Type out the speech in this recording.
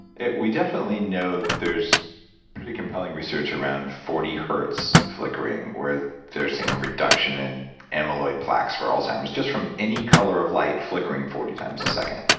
we definitely know there's pretty compelling research around forty hertz flickering where they're seeing a reduction in amyloid plaques for alzheimer's just from any color of light flickering forty times a second.